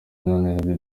munyaneza